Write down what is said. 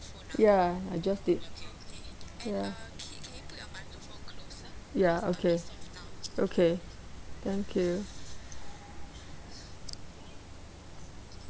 ya I just did ya ya okay okay thank you